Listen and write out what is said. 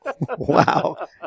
Wow